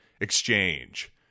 exchange